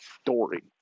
story